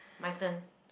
my turn